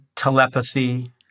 telepathy